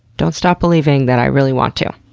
don't stop believing that i really want to.